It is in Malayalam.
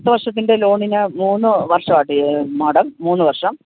പത്തു വർഷത്തിൻ്റെ ലോണിനു മൂന്നു വർഷമാണ് കെട്ടോ മാഡം മൂന്നു വർഷം